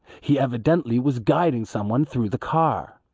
he evidently was guiding someone through the car.